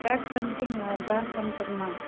back பண்ணிடீங்களா pack பண்ணிட்டுங்மா